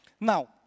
Now